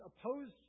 opposed